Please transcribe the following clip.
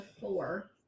four